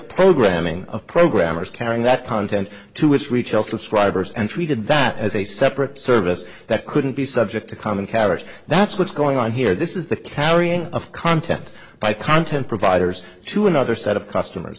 programming of programmers carrying that content to its reach all subscribers and treated that as a separate service that couldn't be subject to common carriage that's what's going on here this is the carrying of content by content providers to another set of customers